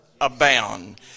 abound